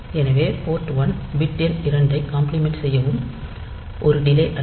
எனவே port 1 bit எண் 2 ஐ காம்ப்ளிமெண்ட் செய்யவும் ஒரு டிலே அழைப்பு